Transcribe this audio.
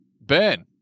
Ben